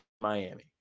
Miami